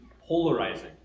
polarizing